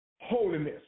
Holiness